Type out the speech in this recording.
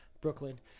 Brooklyn